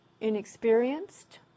inexperienced